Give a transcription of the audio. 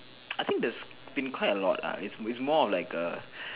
I think there has been quite a lot lah is more of like a